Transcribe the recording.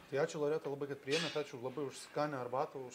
tai ačiū loreta labai kad priėmėt ačiū labai už skanią arbatą už